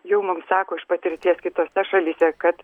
jau mums sako iš patirties kitose šalyse kad